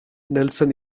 nelson